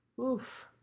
Oof